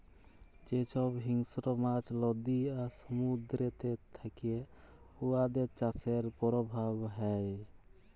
যে ছব হিংস্র মাছ লদী আর সমুদ্দুরেতে থ্যাকে উয়াদের চাষের পরভাব হ্যয়